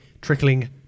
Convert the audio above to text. trickling